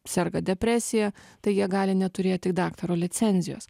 serga depresija tai jie gali neturėti daktaro licenzijos